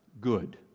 good